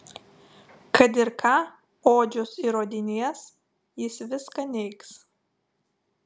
kad ir ką odžius įrodinės jis viską neigs